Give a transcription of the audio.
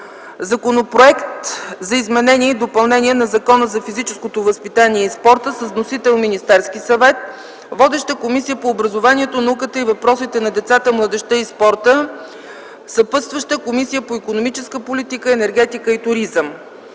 Законопроект за изменение и допълнение на Закона за физическото възпитание и спорта. Вносител е Министерският съвет. Водеща е Комисията по образованието, науката и въпросите на децата, младежта и спорта. Съпътстваща е Комисията по икономическата политика, енергетика и туризъм.